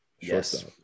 Yes